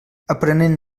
aprenent